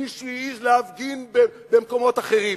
מי שהעז להפגין במקומות אחרים,